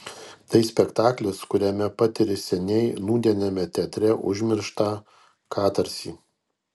tai spektaklis kuriame patiri seniai nūdieniame teatre užmirštą katarsį